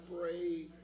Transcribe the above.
pray